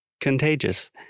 contagious